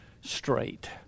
straight